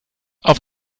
auf